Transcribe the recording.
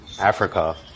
Africa